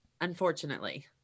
unfortunately